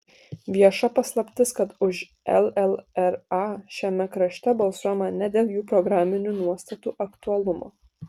vieša paslaptis kad už llra šiame krašte balsuojama ne dėl jų programinių nuostatų aktualumo